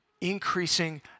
increasing